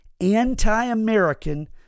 Anti-American